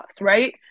right